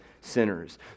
sinners